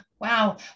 Wow